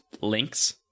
links